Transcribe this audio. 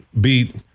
beat